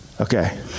Okay